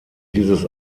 dieses